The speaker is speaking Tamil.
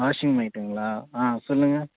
வாஷிங் மைட்டுங்களா ஆ சொல்லுங்கள்